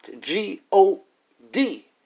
G-O-D